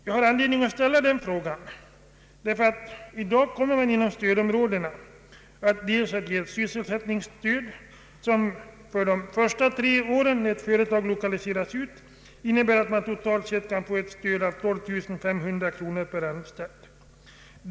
Jag har anledning att ställa den frågan. Inom stödområdena kommer det att utgå sysselsättningsstöd för de första tre åren, när ett företag har lokaliserats dit, innebärande att företaget totalt sett kan få 12500 kronor per anställd.